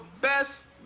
best